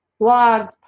blogs